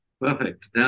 Perfect